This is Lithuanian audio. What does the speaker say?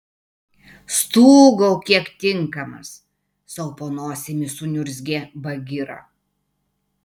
stūgauk kiek tinkamas sau po nosimi suniurzgė bagira